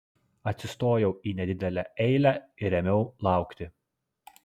atsistojau į nedidelę eilę ir ėmiau laukti